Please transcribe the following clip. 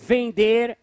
Vender